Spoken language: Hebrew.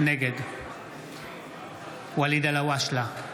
נגד ואליד אלהואשלה,